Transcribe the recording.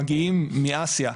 מגיעים מאסיה,